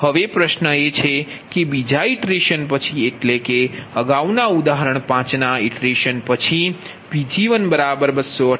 હવે પ્રશ્ન એ છે કે બીજા ઇટરેશન પછી એટલે કે અગાઉના ઉદાહણ 5 ના ઇટરેશન પછી Pg1 258